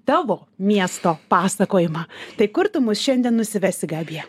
tavo miesto pasakojimą tai kur tu mus šiandien nusivesti gabija